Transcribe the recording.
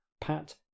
Pat